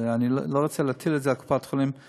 אני לא רוצה להטיל את זה על קופות-חולים כי